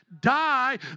die